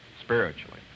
spiritually